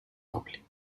doble